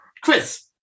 Chris